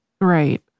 Right